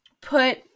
put